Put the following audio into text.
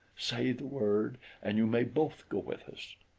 say the word and you may both go with us.